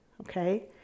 okay